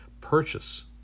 purchase